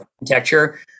architecture